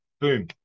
Boom